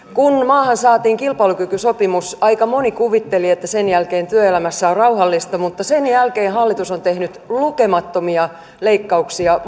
maahan saatiin kilpailukykysopimus aika moni kuvitteli että sen jälkeen työelämässä on rauhallista mutta sen jälkeen hallitus on tehnyt lukemattomia leikkauksia